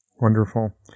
Wonderful